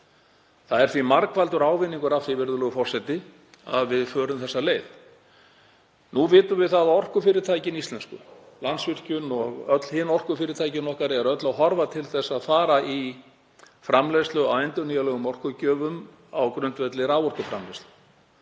Það er því margfaldur ávinningur af því, virðulegur forseti, að við förum þessa leið. Nú vitum við að orkufyrirtækin íslensku, Landsvirkjun og hin orkufyrirtækin okkar, horfa öll til þess að fara í framleiðslu á endurnýjanlegum orkugjöfum á grundvelli raforkuframleiðslu.